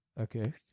Okay